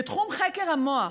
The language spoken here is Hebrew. בתחום חקר המוח,